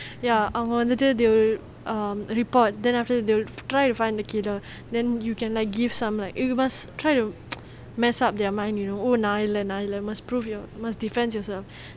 ya err literally they will um report then after that they will try to find the killer then you can like give like some like eh you must try to mess up their mind you know oh நான் இல்ல நான் இல்ல:naan illa naan illa must prove must depend yourself